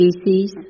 species